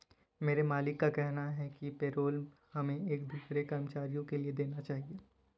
मेरे मालिक का कहना है कि पेरोल हमें एक दूसरे कर्मचारियों के लिए देना चाहिए